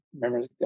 remember